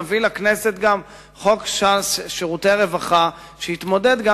נביא לכנסת גם חוק שירותי רווחה שיתמודד גם